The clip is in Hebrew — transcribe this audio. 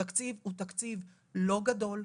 התקציב הוא תקציב לא גדול,